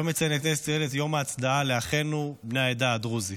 היום נציין את יום ההצדעה לאחינו בני העדה הדרוזית,